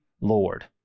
Lord